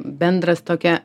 bendras tokia